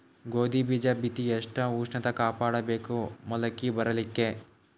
ಗೋಧಿ ಬೀಜ ಬಿತ್ತಿ ಎಷ್ಟ ಉಷ್ಣತ ಕಾಪಾಡ ಬೇಕು ಮೊಲಕಿ ಬರಲಿಕ್ಕೆ?